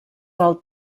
del